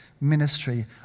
ministry